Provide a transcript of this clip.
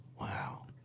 wow